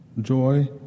joy